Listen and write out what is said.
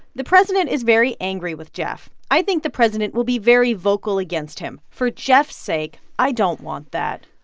the president is very angry with jeff. i think the president will be very vocal against him. for jeff's sake, i don't want that.